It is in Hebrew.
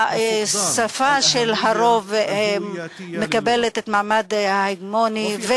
השפה של הרוב מקבלת את המעמד ההגמוני,